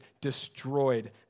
destroyed